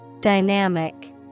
Dynamic